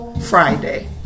Friday